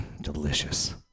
Delicious